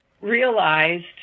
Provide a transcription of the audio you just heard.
realized